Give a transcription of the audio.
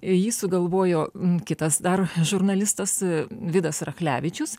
jį sugalvojo kitas dar žurnalistas vidas rachlevičius